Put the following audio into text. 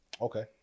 Okay